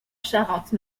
charente